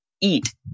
eat